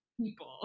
people